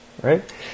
Right